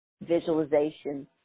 Visualization